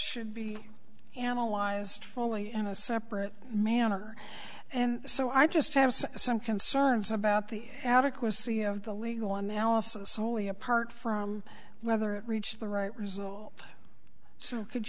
should be analyzed fully and separate manner and so i just have some concerns about the adequacy of the legal analysis only apart from whether it reached the right result so could